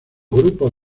grupos